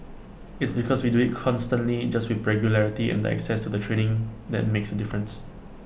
its because we do IT constantly just with regularity and the access to the training that makes A difference